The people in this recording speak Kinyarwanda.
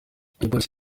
igipolisi